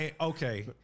okay